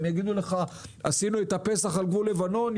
והם יגידו לך עשינו את הפסח על גבול לבנון,